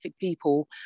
people